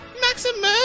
maximum